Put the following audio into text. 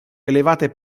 elevate